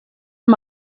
amb